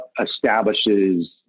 establishes